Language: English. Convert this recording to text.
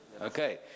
Okay